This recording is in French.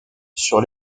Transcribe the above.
sur